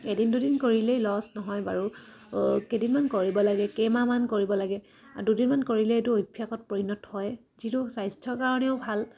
এদিন দুদিন কৰিলেই লছ নহয় বাৰু কেইদিনমান কৰিব লাগে কেইমাহমান কৰিব লাগে আৰু দুদিনমান কৰিলেই এইটো অভ্যাসত পৰিণত হয় যিটো স্বাস্থ্যৰ কাৰণেও ভাল